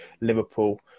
Liverpool